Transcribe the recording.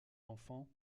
enfant